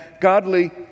godly